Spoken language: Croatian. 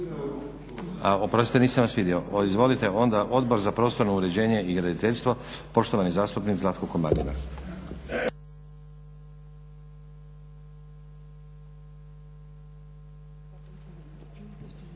… Oprostite, nisam vas vidio. Izvolite onda. Odbor za prostorno uređenje i graditeljstvo, poštovani zastupnik Zlatko Komadina.